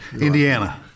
Indiana